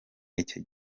icyo